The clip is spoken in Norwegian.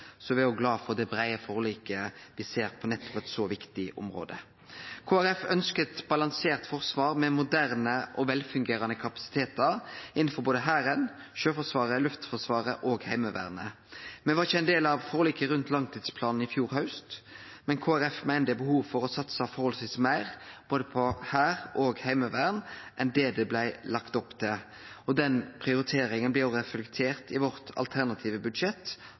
så viktig område. Kristeleg Folkeparti ønskjer eit balansert forsvar med moderne og velfungerande kapasitetar innanfor både Hæren, Sjøforsvaret, Luftforsvaret og Heimevernet. Me var ikkje ein del av forliket rundt langtidsplanen i fjor haust, men Kristeleg Folkeparti meiner det er behov for å satse forholdsvis meir på både hær og heimevern enn det blei lagt opp til. Den prioriteringa blir òg reflektert i vårt alternative budsjett